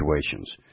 situations